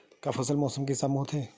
का फसल ह मौसम के हिसाब म होथे?